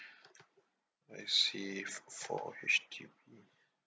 I see f~ for H_D_B